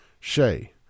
Shay